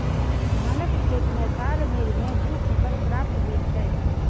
धानक खेत मे साल भरि मे दू फसल प्राप्त होइत छै